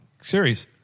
series